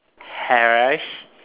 hash